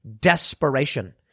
Desperation